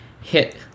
hit